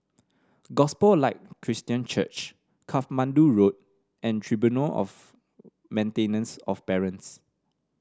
Gospel Light Christian Church Katmandu Road and Tribunal of Maintenance of Parents